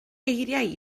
eiriau